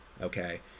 okay